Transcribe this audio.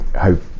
hope